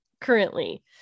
currently